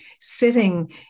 sitting